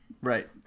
Right